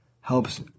helps